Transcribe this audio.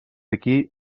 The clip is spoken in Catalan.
ací